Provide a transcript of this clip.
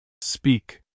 Speak